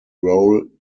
role